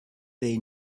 they